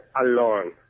alone